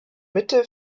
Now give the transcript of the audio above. mitte